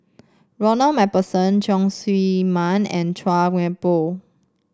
Ronald MacPherson Leong Chee Mun and Chua Thian Poh